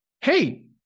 hey